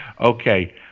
Okay